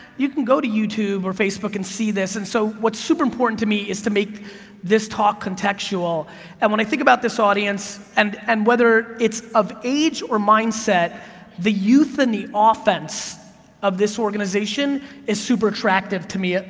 you can go to youtube or facebook and see this, and so what's super-important to me is to make this talk contextual and when i think about this audience, and and whether it's of age or mindset the youth in and the offense of this organization is super-attractive to me,